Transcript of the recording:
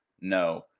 No